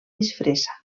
disfressa